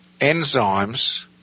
enzymes